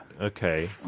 Okay